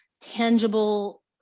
tangible